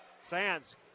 Sands